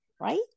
right